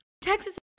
Texas